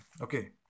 Okay